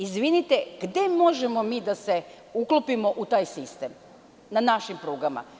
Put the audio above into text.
Izvinite, gde možemo mi da se uklopimo u taj sistem na našim prugama?